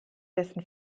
dessen